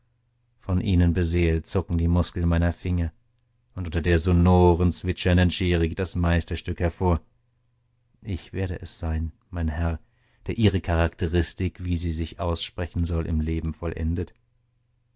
von ihnen beseelt zucken die muskeln meiner finger und unter der sonoren zwitschernden schere geht das meisterstück hervor ich werde es sein mein herr der ihre charakteristik wie sie sich aussprechen soll im leben vollendet